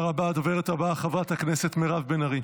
חבר הכנסת הלוי, נא תן לרם בן ברק לסיים.